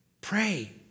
Pray